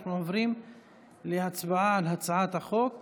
אנחנו עוברים להצבעה על הצעת חוק